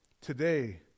Today